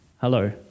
hello